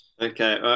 Okay